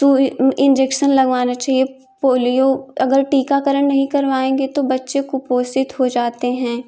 injection लगवानी चाहिए polio अगर टीकाकरण नहीं करवाएँगे तो बच्चे कुपोषित हो जाते हैं